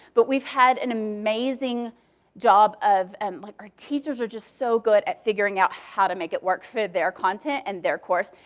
but we've had an amazing job of like our teachers are just so good at figuring out how to make it work for their content and their course.